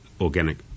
organic